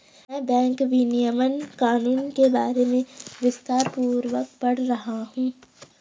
मैं बैंक विनियमन कानून के बारे में विस्तारपूर्वक पढ़ रहा हूं